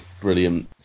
brilliant